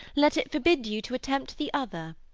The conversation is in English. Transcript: let it forbid you to attempt the other.